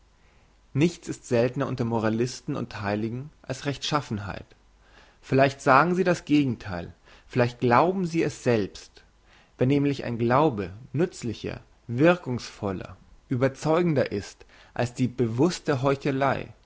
nichts ist seltner unter moralisten und heiligen als rechtschaffenheit vielleicht sagen sie das gegentheil vielleicht glauben sie es selbst wenn nämlich ein glaube nützlicher wirkungsvoller überzeugender ist als die bewusste heuchelei